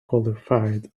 qualified